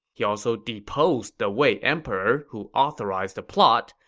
he also deposed the wei emperor who authorized the plot,